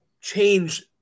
change